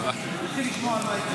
אבל צריך לשמוע את עמדת